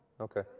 Okay